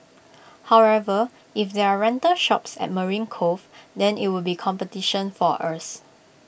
however if there are rental shops at marine Cove then IT would be competition for us